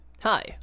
Hi